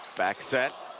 back set